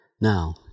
Now